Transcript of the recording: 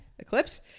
eclipse